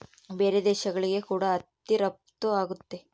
ಬೇರೆ ದೇಶಗಳಿಗೆ ಕೂಡ ಹತ್ತಿ ರಫ್ತು ಆಗುತ್ತೆ